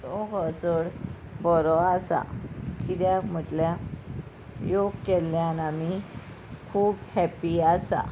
योग हो चड बरो आसा किद्याक म्हटल्या योग केल्ल्यान आमी खूब हॅप्पी आसा